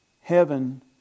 heaven